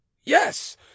yes